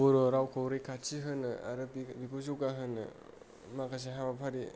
बर' रावखौ रैखाथि होनो आरो बिखौ जौगा होनो माखासे हाबाफारि